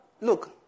look